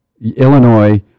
Illinois